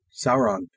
Sauron